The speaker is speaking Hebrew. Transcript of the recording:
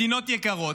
מדינות יקרות,